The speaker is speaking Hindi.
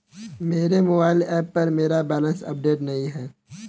मेरे मोबाइल ऐप पर मेरा बैलेंस अपडेट नहीं है